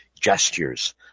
gestures